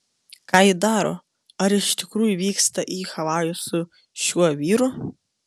ką ji daro ar iš tikrųjų vyksta į havajus su šiuo vyru